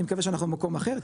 אני מקווה שאנחנו במקום אחר,